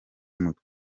mutwe